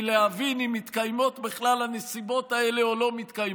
להבין אם מתקיימות בכלל הנסיבות האלה או לא מתקיימות.